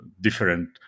different